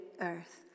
earth